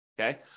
Okay